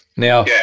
Now